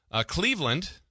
Cleveland